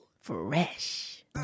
Fresh